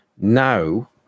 now